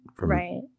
right